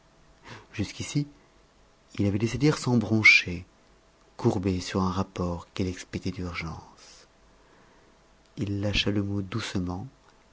jusqu'ici il avait laissé dire sans broncher courbé sur un rapport qu'il expédiait d'urgence il lâcha le mot doucement